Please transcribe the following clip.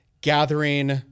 gathering